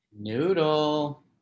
noodle